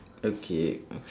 okay